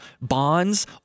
bonds